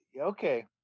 okay